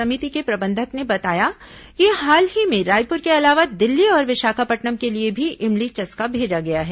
समिति के प्रबंधक ने बताया कि हाल ही में रायपुर के अलावा दिल्ली और विशाखापट्नम के लिए भी इमली चस्का भेजा गया है